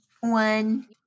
one